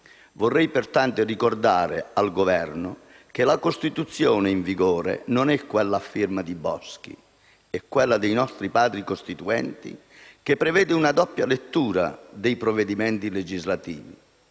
Vorrei pertanto ricordare al Governo che la Costituzione in vigore non è quella a firma Boschi. È quella dei nostri Padri costituenti, che prevede una doppia lettura dei provvedimenti legislativi.